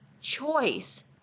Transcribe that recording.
choice